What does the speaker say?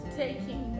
taking